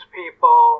people